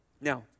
now